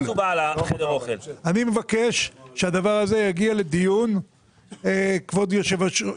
אני מבקש שהדבר הזה יגיע לדיון, כבוד יושב-ראש.